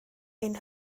ein